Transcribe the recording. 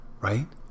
Right